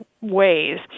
ways